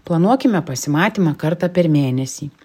planuokime pasimatymą kartą per mėnesį